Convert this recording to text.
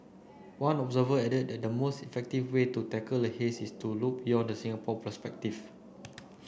one observer added that the most effective way to tackle the haze is to look beyond the Singapore perspective